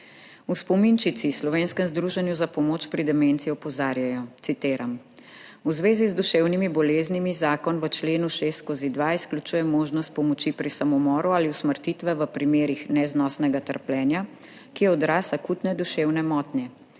V Spominčici, slovenskem združenju za pomoč pri demenci, opozarjajo, citiram: »V zvezi z duševnimi boleznimi zakon v členu 6/2 izključuje možnost pomoči pri samomoru ali usmrtitve v primerih neznosnega trpljenja, ki je odraz akutne duševne motnje.